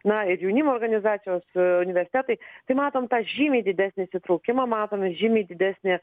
na ir jaunimo organizacijos universitetai tai matom tą žymiai didesnį įsitraukimą matome žymiai didesnį